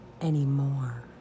anymore